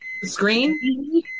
screen